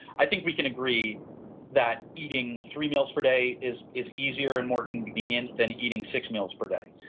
i think we can agree that eating three meals per day is is easier and more convenient than eating six meals per day,